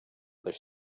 other